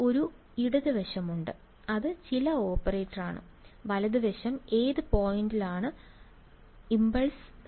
എനിക്ക് ഒരു ഇടത് വശമുണ്ട് അത് ചില ഓപ്പറേറ്ററാണ് വലത് വശം ഏതു പോയിൻറ്ലാണ് ഇംപൾസ് സ്ഥാപിച്ചിരിക്കുന്നത്